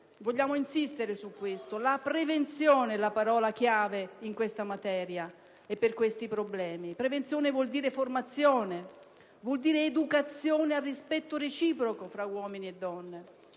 Vogliamo insistere su questo punto: la prevenzione è la parola chiave in questa materia e per questi problemi. Prevenzione vuol dire formazione, vuol dire educazione al rispetto reciproco fra uomini e donne.